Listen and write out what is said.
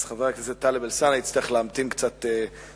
אז חבר הכנסת טלב אלסאנע יצטרך להמתין עוד קצת זמן.